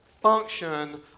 function